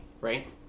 right